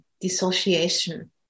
dissociation